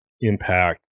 impact